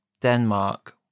Denmark